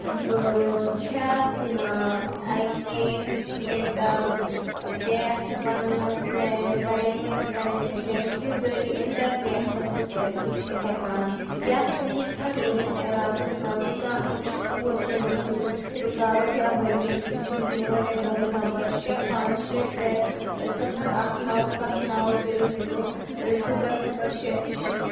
بہٕ چھَس نہٕ اَکہِ سِٹال پٮ۪ٹھ پَنَس لینڈ لاینہِ کنٮ۪کشن کہِ ذریعہٕ اِنٹرنٮ۪ٹ حٲصِل کٔرِتھ ہٮ۪کان کیٛاہ ژٕ ہیٚککھا میٛٲنِس علاقس منٛز کانٛہہ مشہوٗر سٔروِس رُکاوٹ یا بٔندِش وٕچھِتھ میون اٮ۪کاوُنٹ نمبر شےٚ پانٛژھ شےٚ ترٛےٚ صِفر اکھ نو سَتھ نو زیٖرو زیٖرو صِفر صِفر شےٚ چھِ